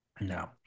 no